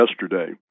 yesterday